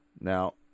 Now